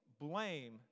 blame